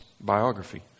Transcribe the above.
biography